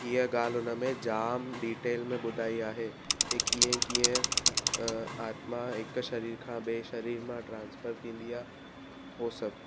हीअ ॻाल्हि उन में जामु डिटेल में ॿुधाई आहे की कीअं कीअं आत्मा हिकु शरीर खां ॿिए शरीर मां ट्रांसफर थींदी आहे हो सभु